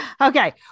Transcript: okay